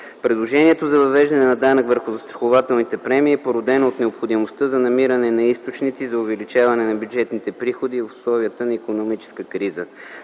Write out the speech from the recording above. Предложението за въвеждане на данък върху застрахователните премии е породено от необходимостта за намиране на източници за увеличаване на бюджетните приходи в условията на икономическа криза.